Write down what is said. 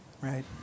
Right